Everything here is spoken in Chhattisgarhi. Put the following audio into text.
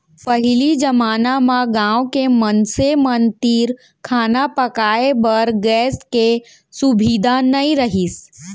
पहिली जमाना म गॉँव के मनसे मन तीर खाना पकाए बर गैस के सुभीता नइ रहिस